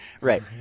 Right